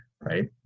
right